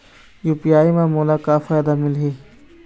UPI म मोला का फायदा मिलही?